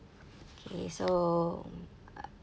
K so